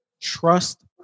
trust